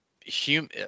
human